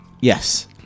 Yes